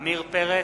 עמיר פרץ,